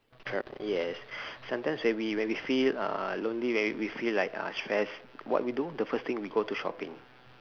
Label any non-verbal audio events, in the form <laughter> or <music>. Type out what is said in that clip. err yes <breath> sometimes when we when we feel uh lonely when we feel like uh stress what we do the first thing we go to shopping